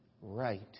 right